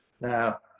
now